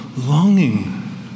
longing